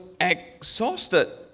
exhausted